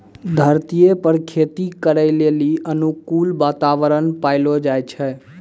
धरतीये पर खेती करै लेली अनुकूल वातावरण पैलो जाय छै